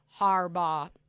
Harbaugh